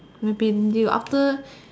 maybe you after